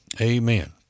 Amen